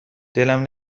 دلمم